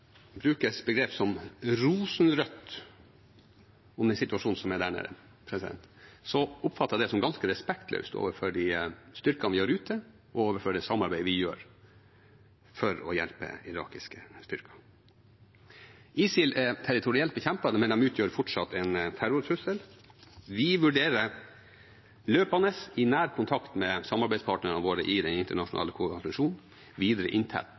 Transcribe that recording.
som er der nede, oppfatter jeg det som ganske respektløst overfor styrkene vi har ute, og overfor det samarbeidet vi har for å hjelpe irakiske styrker. ISIL er territorielt bekjempet, men de utgjør fortsatt en terrortrussel. Vi vurderer løpende og i nær kontakt med samarbeidspartnerne våre i den internasjonale koalisjonen den videre